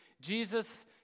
Jesus